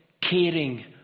caring